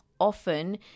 often